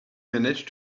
manage